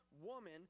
woman